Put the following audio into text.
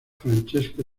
francesco